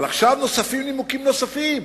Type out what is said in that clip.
אבל עכשיו נוספים נימוקים נוספים,